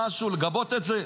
משהו לגבות את זה.